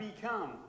become